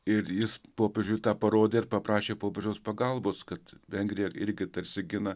ir jis popiežiui tą parodė ir paprašė popiežiaus pagalbos kad vengrija irgi tarsi gina